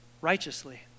righteously